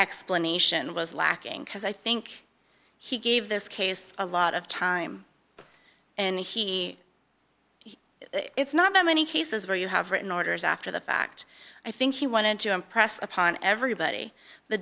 explanation was lacking because i think he gave this case a lot of time and he it's not that many cases where you have written orders after the fact i think he wanted to impress upon everybody the